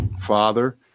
father